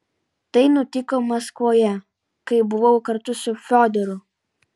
tai nutiko maskvoje kai buvau kartu su fiodoru